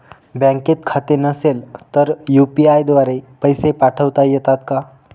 बँकेत खाते नसेल तर यू.पी.आय द्वारे पैसे पाठवता येतात का?